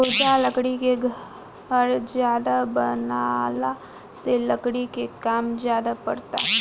ओजा लकड़ी के घर ज्यादे बनला से लकड़ी के काम ज्यादे परता